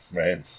right